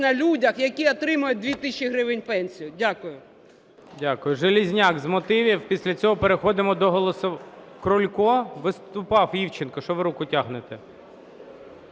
на людях, які отримують 2 тисячі гривень пенсію. Дякую.